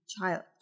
child